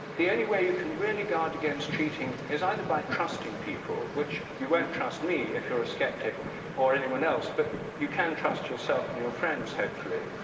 the only way you can really guard against cheating is either by trusting people, which you won't trust me if you're a skeptic or anyone else, but you can trust yourself and your friends, hopefully.